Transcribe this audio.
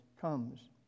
comes